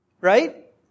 Right